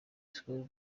school